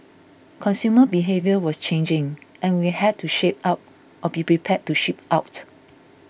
consumer behaviour was changing and we had to shape up or be prepared to ship out